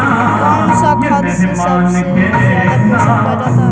कौन सा खाद मे सबसे ज्यादा पोषण पाया जाता है?